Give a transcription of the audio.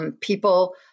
people